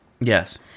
Yes